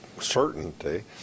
certainty